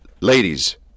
ladies